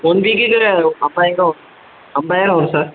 one வீக்குக்கு ஐம்பதாயிரருவா வரும் ஐம்பதாயிரம் வரும் சார்